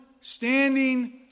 standing